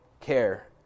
care